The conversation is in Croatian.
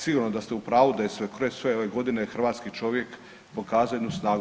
Sigurno da ste u pravu da je kroz sve ove godine hrvatski čovjek pokazao jednu snagu.